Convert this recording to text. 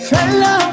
Fella